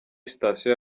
station